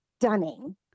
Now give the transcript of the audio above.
stunning